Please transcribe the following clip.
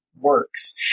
works